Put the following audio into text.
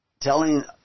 telling